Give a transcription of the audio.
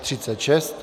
36.